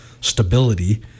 stability